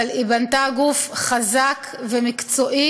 אבל היא בנתה גוף חזק ומקצועי,